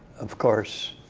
of course,